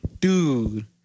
dude